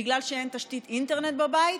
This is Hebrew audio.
בגלל שאין תשתית אינטרנט בבית,